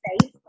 safe